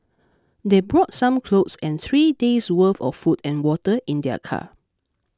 they brought some clothes and three days' worth of food and water in their car